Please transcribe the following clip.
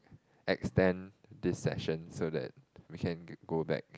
extend this session so that we can go back